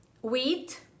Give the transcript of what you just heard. wheat